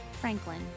Franklin